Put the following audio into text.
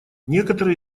некоторые